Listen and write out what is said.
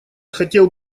хотел